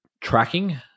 tracking